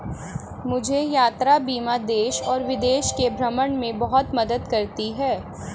मुझे यात्रा बीमा देश और विदेश के भ्रमण में बहुत मदद करती है